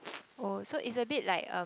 oh so it's a bit like um